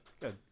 Good